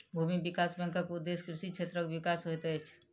भूमि विकास बैंकक उदेश्य कृषि क्षेत्रक विकास होइत अछि